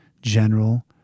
general